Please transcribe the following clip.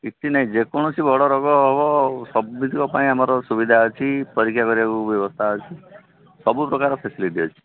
କିଛି ନାହିଁ ଯେ କୌଣସି ବଡ଼ ରୋଗ ହେବ ସବୁ ଜିନିଷ ପାଇଁ ଆମର ସୁବିଧା ଅଛି ପରୀକ୍ଷା କରିବାକୁ ବ୍ୟବସ୍ଥା ଅଛି ସବୁ ପ୍ରକାର ଫାସିଲିଟି ଅଛି